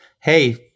hey